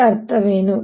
ಅದರ ಅರ್ಥವೇನು